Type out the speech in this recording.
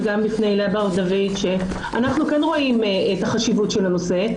וגם בפני הילה בר דוד שאנחנו כן רואים את החשיבות של הנושא.